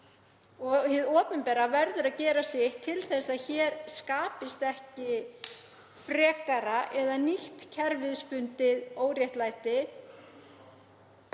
og hið opinbera verður að gera sitt til þess að hér skapist ekki frekara eða nýtt kerfisbundið óréttlæti.